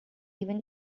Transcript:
even